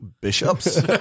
bishops